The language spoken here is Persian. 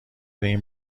این